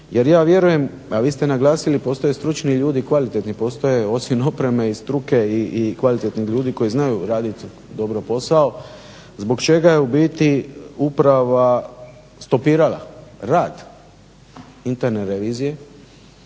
jer ja vjerujem a vi ste naglasili postoje stručni ljudi i kvalitetni, postoje osim opreme i struke kvalitetni ljudi koji znaju raditi dobro posao zbog čega je u biti uprava stopirala rad interne revizije